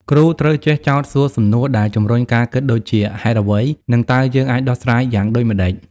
គ្រូត្រូវចេះ ចោទសួរសំណួរដែលជម្រុញការគិតដូចជា ហេតុអ្វី? និង តើយើងអាចដោះស្រាយយ៉ាងដូចម្តេច?